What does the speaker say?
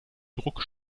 druck